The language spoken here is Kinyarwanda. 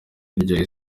iryoha